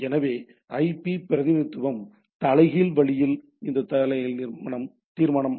எனவே ஐபி பிரதிநிதித்துவம் தலைகீழ் வழியில் இந்த தலைகீழ் தீர்மானம்